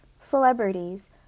celebrities